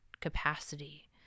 capacity